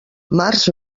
març